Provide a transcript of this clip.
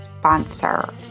sponsor